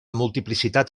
multiplicitat